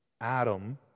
Adam